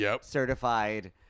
certified